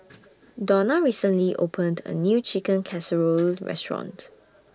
Donna recently opened A New Chicken Casserole Restaurant